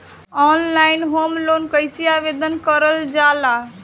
Online home loan कैसे आवेदन करल जा ला?